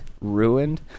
Ruined